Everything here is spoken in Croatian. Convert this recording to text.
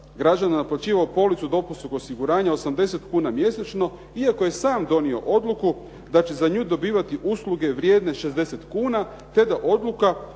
građana naplaćivao dopunskog osiguranja 80 kuna mjesečno, iako je sam donio odluku da će za nju dobivati usluge vrijedne 60 kuna te da odluka